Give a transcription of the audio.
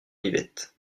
yvette